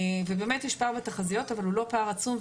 באמת יש פער בתחזיות אבל הוא לא פער עצום,